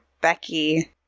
Becky